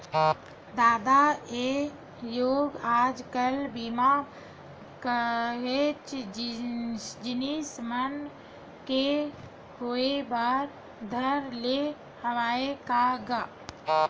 ददा ऐ गोय आज कल बीमा काहेच जिनिस मन के होय बर धर ले हवय का गा?